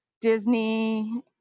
Disney